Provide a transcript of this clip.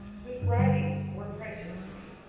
whose writ ings were precious to me.